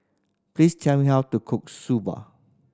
please tell me how to cook Soba